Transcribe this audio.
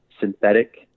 synthetic